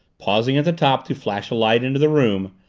pausing at the top to flash a light into the room,